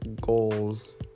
goals